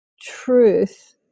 truth